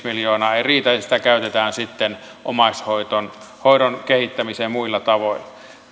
miljoonaa ei riitä ja sitä käytetään sitten omaishoidon kehittämiseen muilla tavoin